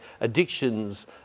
addictions